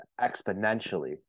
exponentially